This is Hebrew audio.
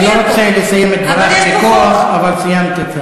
אני לא רוצה לסיים את דברייך בכוח, אבל סיימת.